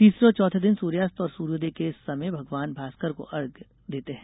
तीसरे और चौथे दिन सूर्यास्त और सूर्यादय के समय भगवान भास्कर को अर्घ्य देते है